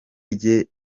rye